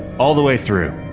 all the way through.